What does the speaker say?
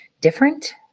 different